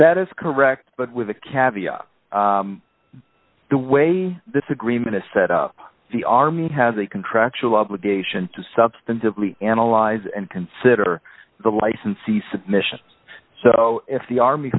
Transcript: that is correct but with the caviar the way this agreement is set up the army has a contractual obligation to substantively analyze and consider the licensee submission so if the army